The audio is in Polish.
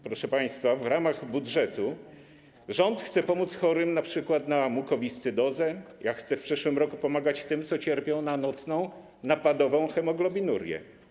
Proszę państwa, jak w ramach budżetu rząd chce pomóc chorym, np. na mukowiscydozę, jak chce w przyszłym roku pomagać tym, którzy cierpią na nocną napadową hemoglobinurię?